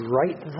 right